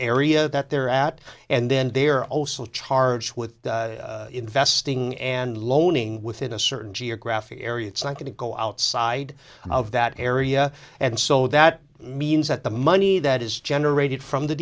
area that they're at and then they're also charged with investing and loaning within a certain geographic area it's not going to go outside of that area and so that means that the money that is generated from the